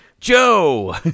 Joe